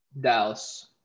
Dallas